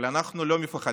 אבל אנחנו לא מפחדים.